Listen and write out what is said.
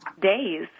days